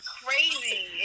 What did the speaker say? crazy